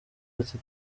ati